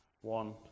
one